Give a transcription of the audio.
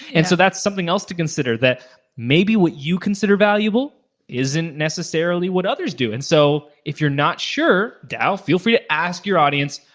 and so that's something else to consider. that maybe what you consider valuable isn't necessarily what others do. and so if you're not sure, feel free to ask your audience.